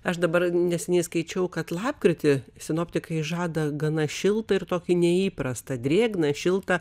aš dabar neseniai skaičiau kad lapkritį sinoptikai žada gana šiltą ir tokį neįprastą drėgną šiltą